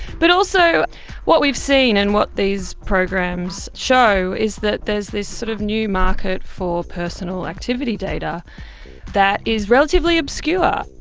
but also what we've seen and what these programs show is that there is this sort of new market for personal activity data that is relatively obscure.